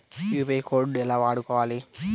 UPI code ఎలా వాడుకోవాలి?